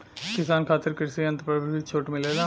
किसान खातिर कृषि यंत्र पर भी छूट मिलेला?